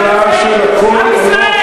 גם היית אומר את המשפט הזה?